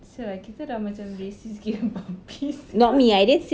!siala! kita dah macam racist gila babi sia